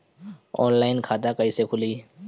Online खाता कईसे खुलि?